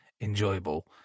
enjoyable